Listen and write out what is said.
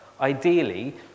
ideally